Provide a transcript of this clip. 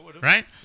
right